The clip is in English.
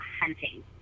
hunting